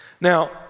Now